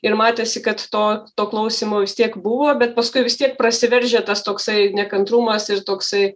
ir matėsi kad to to klausymo vis tiek buvo bet paskui vis tiek prasiveržė tas toksai nekantrumas ir toksai